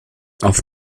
auf